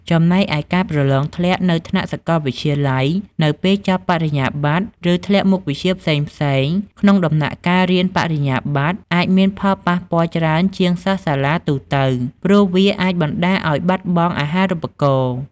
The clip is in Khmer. ចំណែកឯ ការប្រឡងធ្លាក់នៅថ្នាក់សាកលវិទ្យាល័យនៅពេលចប់បរិញ្ញាបត្រ ឬធ្លាក់មុខវិជ្ជាផ្សេងៗក្នុងដំណាក់កាលរៀនបរិញ្ញាប័ត្រ អាចមានផលប៉ះពាល់ច្រើនជាងសិស្សសាលាទូទៅ ព្រោះវាអាចបណ្តាលឲ្យបាត់បង់អាហារូបករណ៍។